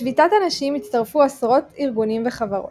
לשביתת הנשים הצטרפו עשרות ארגונים וחברות.